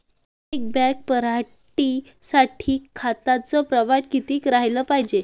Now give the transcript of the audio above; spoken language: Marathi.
एक बॅग पराटी साठी खताचं प्रमान किती राहाले पायजे?